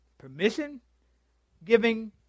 Permission-giving